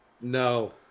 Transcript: No